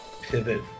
pivot